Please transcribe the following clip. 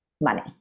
money